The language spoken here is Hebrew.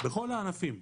בכל הענפים.